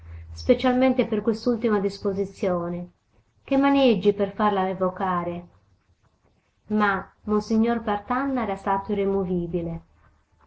specialmente per quest'ultima disposizione che maneggi per farla revocare ma monsignor partanna era stato irremovibile